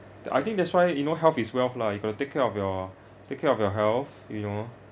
I think that's why you know health is wealth lah you got to take care of your take care of your health you know